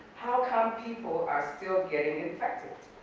how come people are still getting infected?